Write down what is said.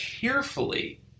carefully